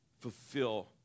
fulfill